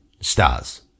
stars